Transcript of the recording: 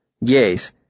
Yes